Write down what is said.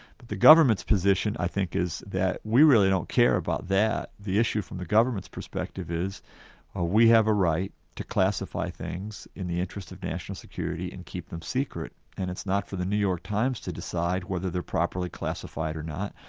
but the government's position i think is that we really don't care about that, the issue from the government's perspective is we have a right to classify things in the interests of national security and keep them secret, and it's not for the new york times to decide whether they're properly classified or not,